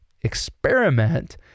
experiment